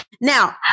Now